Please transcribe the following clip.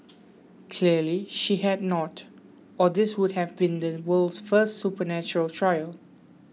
clearly she had not or this would have been the world's first supernatural trial